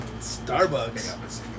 Starbucks